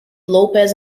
lopez